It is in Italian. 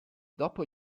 dopo